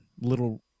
little